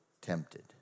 tempted